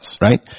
right